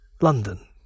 London